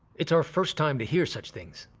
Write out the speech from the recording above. it's our first time to hear such things.